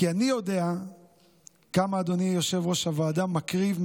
כי אני יודע כמה אדוני יושב-ראש הוועדה מקריב,